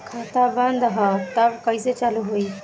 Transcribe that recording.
खाता बंद ह तब कईसे चालू होई?